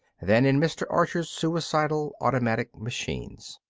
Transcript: than in mr. archer's suicidal automatic machines.